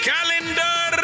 Calendar